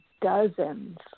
dozens